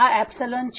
આ ϵ છે